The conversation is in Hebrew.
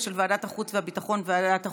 של ועדת החוץ והביטחון וועדת החוקה,